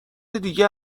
دیگه